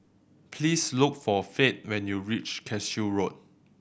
please look for Fate when you reach Cashew Road